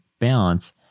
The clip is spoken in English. balance